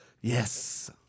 Yes